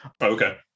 Okay